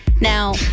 Now